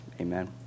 Amen